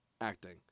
acting